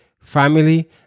family